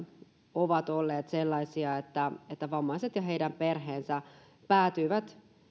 ovat edelleen olleet sellaisia että vammaiset ja heidän perheensä päätyivät